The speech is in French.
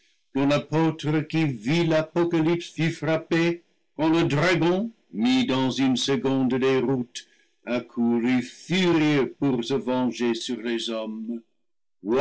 vit l'apocalypse fut frappé quand le dragon mis dans une seconde déroute accourut furieux pour se venger sur les hommes